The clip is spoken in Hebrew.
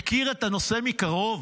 מכיר את הנושא מקרוב.